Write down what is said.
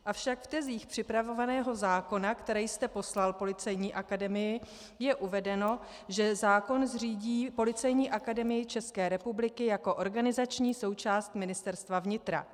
Avšak v tezích připravovaného zákona, které jste poslal Policejní akademii, je uvedeno, že zákon zřídí Policejní akademii České republiky jako organizační součást Ministerstva vnitra.